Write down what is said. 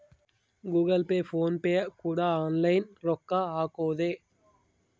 Google Pay PhonePe ಕೂಡ online ರೊಕ್ಕ ಹಕೊದೆ